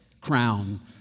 crown